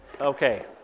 Okay